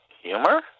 humor